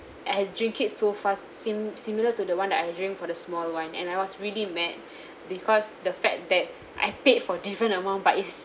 and drink it so fast sim~ similar to the one that I drink for the small one and I was really mad because the fact that I paid for different amount but is